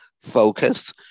focus